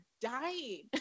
dying